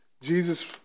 Jesus